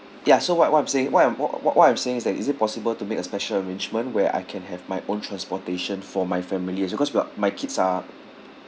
ya so what what I'm saying what am what what what I'm saying is that is it possible to make a special arrangement where I can have my own transportation for my family ah because we are my kids are